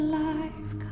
life